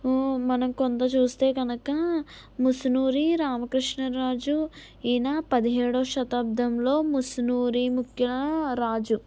మనం కొంత చూస్తే కనుక ముసునూరి రామకృష్ణరాజు ఈయన పదిహేడవ శతాబ్దంలో ముసునూరి ముఖ్య రాజు